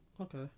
Okay